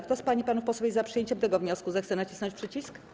Kto z pań i panów posłów jest za przyjęciem tego wniosku, zechce nacisnąć przycisk.